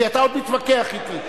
כי אתה עוד מתווכח אתי.